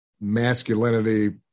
masculinity